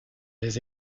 les